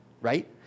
right